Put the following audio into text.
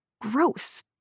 gross